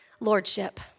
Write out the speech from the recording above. Lordship